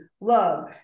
love